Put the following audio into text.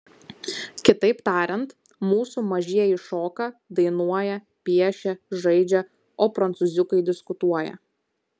kitaip tariant mūsų mažieji šoka dainuoja piešia žaidžia o prancūziukai diskutuoja